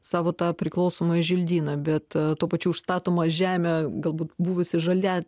savo tą priklausomąjį želdyną bet tuo pačiu užstatoma žemė galbūt buvusi žalia